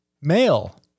male